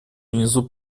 внизу